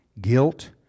Guilt